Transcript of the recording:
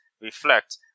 reflect